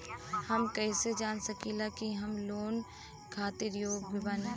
हम कईसे जान सकिला कि हम लोन खातिर योग्य बानी?